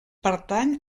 pertany